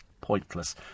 pointless